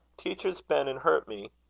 teacher's been and hurt me.